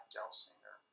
Gelsinger